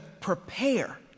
prepare